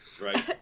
right